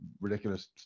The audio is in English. ridiculous